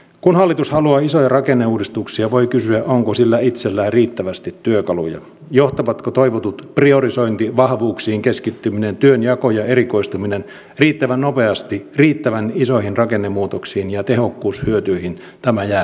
kun hallitus haluaa isoja rakenneuudistuksia voi kysyä onko sillä itsellään riittävästi työkaluja johtavatko toivotut priorisointi vahvuuksiin keskittyminen työnjako ja erikoistuminen riittävän nopeasti riittävän isoihin rakennemuutoksiin ja tehokkuushyötyihin tämä jää